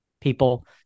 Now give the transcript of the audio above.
people